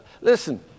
Listen